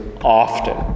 often